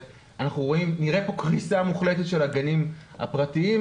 נראה פה קריסה מוחלטת של הגנים הפרטיים,